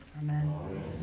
Amen